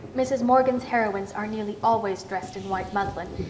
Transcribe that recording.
mrs. morgan's heroines are nearly always dressed in white muslin,